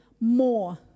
more